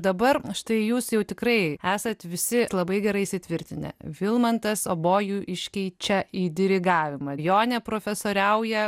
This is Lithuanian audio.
dabar štai jūs jau tikrai esat visi labai gerai įsitvirtinę vilmantas obojų iškeičia į dirigavimą jonė profesoriauja